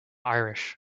irish